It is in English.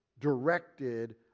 directed